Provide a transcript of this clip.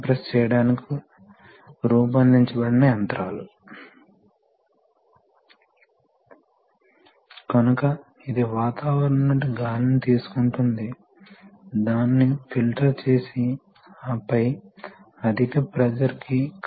ఇది వాస్తవానికి లోడ్తో అనుసంధానించబడి ఉంది ఇది మీరు తరలించాలనుకుంటున్న యంత్రం కాబట్టి ఇది సిలిండర్ లేదా మోటారు కాబట్టి ఇది ప్రపోర్షనల్ వాల్వ్ యొక్క విలక్షణమైన నిర్మాణం